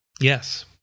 Yes